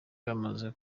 bamaze